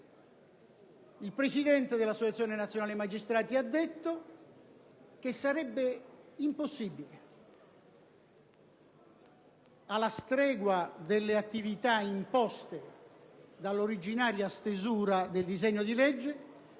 Il presidente dell'Associazione nazionale magistrati ha affermato che sarebbe impossibile, alla stregua delle attività imposte dall'originaria stesura del disegno di legge,